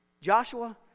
Joshua